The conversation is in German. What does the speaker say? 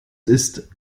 ist